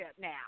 now